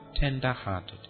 Tender-hearted